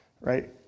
right